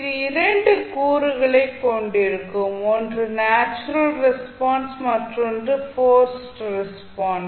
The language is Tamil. இது இரண்டு கூறுகளைக் கொண்டிருக்கும் ஒன்று நேச்சுரல் ரெஸ்பான்ஸ் மற்றொன்று போர்ஸ்டு ரெஸ்பான்ஸ்